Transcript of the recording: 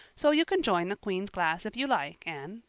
so you can join the queen's class if you like, anne.